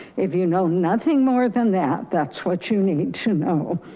if you know nothing more than that, that's what you need to know.